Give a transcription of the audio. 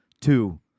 Two